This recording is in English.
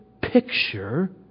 picture